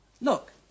Look